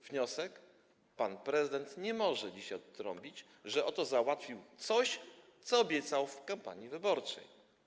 Wniosek: pan prezydent nie może dzisiaj odtrąbić, że oto załatwił coś, co obiecał w kampanii wyborczej.